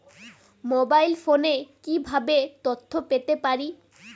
Mobile ফোনে কিভাবে তথ্য পেতে পারি?